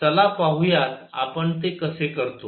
चला पाहुयात आपण ते कसे करतो